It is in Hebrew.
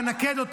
תנקד.